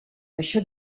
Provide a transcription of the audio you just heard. això